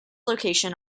location